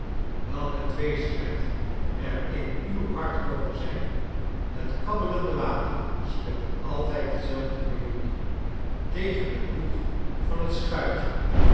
welke tweestrijd er in uw hart moge zijn het kabbelende water speelt altijd dezelfde melodie tegen den boeg van het schuitje